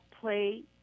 play